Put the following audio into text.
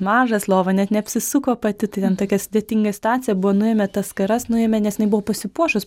mažas lova net neapsisuko pati tai ten tokia sudėtinga situacija buvo nuėmė tas skaras nuėmė nes jinai buvo pasipuošus